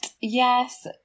yes